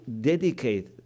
dedicate